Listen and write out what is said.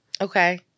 Okay